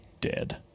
dead